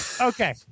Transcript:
Okay